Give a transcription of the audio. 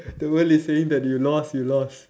the world is saying that you lost you lost